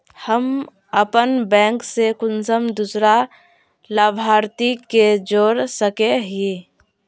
हम अपन बैंक से कुंसम दूसरा लाभारती के जोड़ सके हिय?